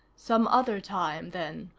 some other time, then,